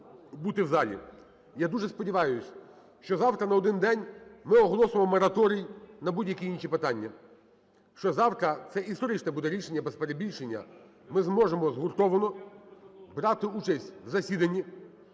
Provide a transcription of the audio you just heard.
Я дуже сподіваюся, що завтра на один день ми оголосимо мораторій на будь-які інші питання, що завтра це історичне буде рішення без перебільшення, ми зможемо згуртовано брати участь в засіданні.